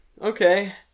okay